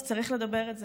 אז צריך לדבר את זה,